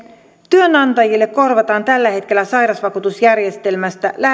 työnantajille korvataan tällä hetkellä sairausvakuutusjärjestelmästä